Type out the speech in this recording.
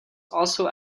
also